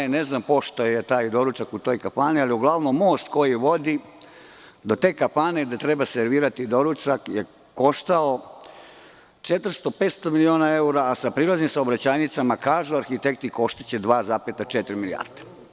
Ne znam pošto je taj doručak u toj kafani, ali uglavnom most koji vodi do te kafane gde treba servirati doručak je koštao 400 – 500 miliona evra, a sa prilaznim saobraćajnicama, kažu arhitekti, koštaće 2,4 milijarde.